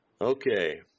Okay